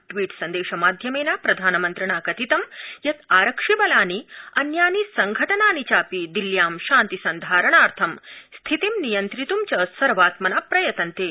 tweet सन्देश माध्यमेन प्रधानमन्त्रिणा कथितं यत् आरक्षिबलानि अन्यानि संघटनानि चापि दिल्ल्यां शान्ति सन्धारणार्थ स्थितिं नियन्त्रित्ं च सर्वात्मना प्रयतन्ते